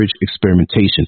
experimentation